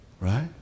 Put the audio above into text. right